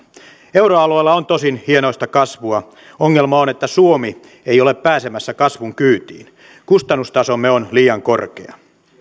euroalueella on tosin hienoista kasvua ongelma on että suomi ei ole pääsemässä kasvun kyytiin kustannustasomme on liian korkea